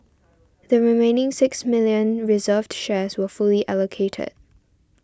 the remaining six million reserved shares were fully allocated